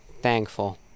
thankful